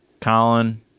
Colin